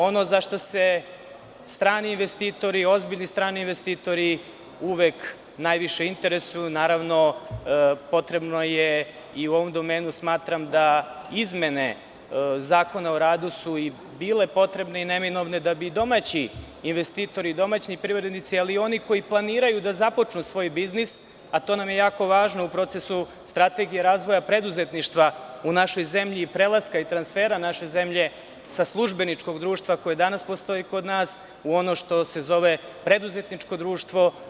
Ono za šta se ozbiljni strani investitori uvek najviše interesuju, naravno potrebno je i u ovom domenu smatram da izmene Zakona o radu su i bile potrebne i neminovne da bi domaći investitori i domaći privrednici, ali i oni koji planiraju da započnu svoj biznis, a to nam je jako važno u procesu strategije razvoja preduzetništva u našoj zemlji i prelaska i transfera naše zemlje sa službeničkog društva, koje danas postoji kod nas, u ono što se zove preduzetničko društvo.